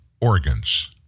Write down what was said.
organs